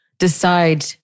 decide